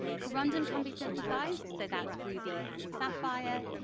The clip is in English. corundum can be synthesised, so that's ruby and sapphire.